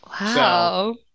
Wow